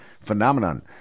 phenomenon